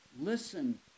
Listen